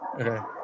okay